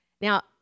Now